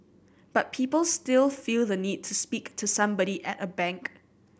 but people still feel the need to speak to somebody at a bank